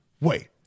wait